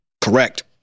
Correct